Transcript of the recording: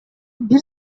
бир